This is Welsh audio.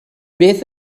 beth